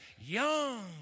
young